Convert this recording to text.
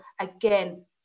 again